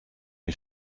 een